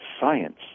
science